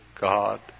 God